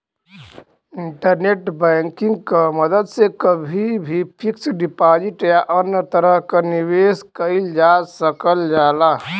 internet banking क मदद से कभी भी फिक्स्ड डिपाजिट या अन्य तरह क निवेश कइल जा सकल जाला